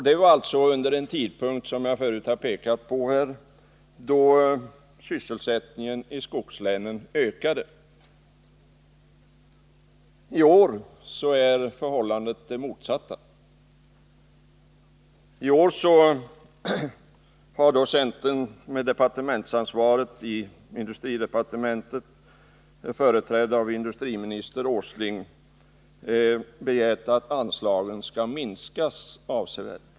Det var alltså under en tid då, som jag förut har pekat på, sysselsättningen i skogslänen ökade. I år är förhållandet det motsatta. I år har centerpartiet, med ansvar för industridepartementet och företrätt av industriminister Åsling, begärt att anslagen skall minskas avsevärt!